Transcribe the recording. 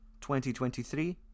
2023